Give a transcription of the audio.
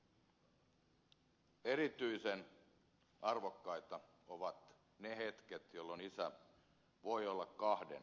erityisen arvokkaita ovat ne hetket jolloin isä voi olla lapsensa kanssa kahden